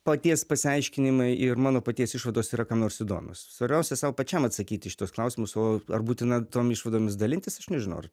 paties pasiaiškinimai ir mano paties išvados yra kam nors įdomios svarbiausia sau pačiam atsakyti į šituos klausimus o ar būtina tom išvadomis dalintis aš nežinau ar